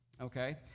okay